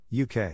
UK